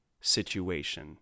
situation